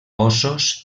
ossos